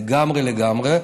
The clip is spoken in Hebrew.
לגמרי לגמרי.